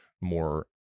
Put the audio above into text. more